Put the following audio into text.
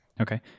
Okay